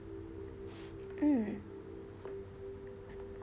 mm